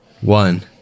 One